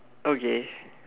okay